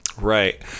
Right